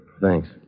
Thanks